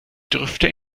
dürfte